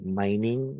mining